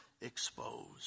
exposed